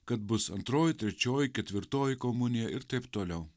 kad bus antroji trečioji ketvirtoji komunija ir taip toliau